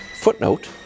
Footnote